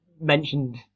mentioned